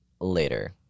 later